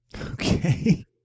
Okay